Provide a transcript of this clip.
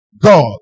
God